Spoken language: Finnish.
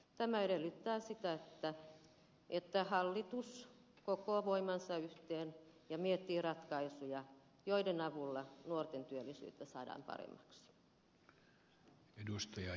tämä edellyttää sitä että hallitus kokoaa voimansa yhteen ja miettii ratkaisuja joiden avulla nuorten työllisyyttä saadaan paremmaksi